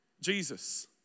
Jesus